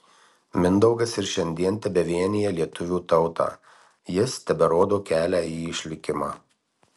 mindaugas ir šiandien tebevienija lietuvių tautą jis teberodo kelią į išlikimą